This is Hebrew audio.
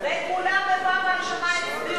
וכולם בפעם הראשונה הצביעו